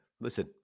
Listen